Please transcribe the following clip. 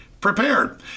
prepared